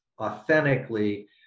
authentically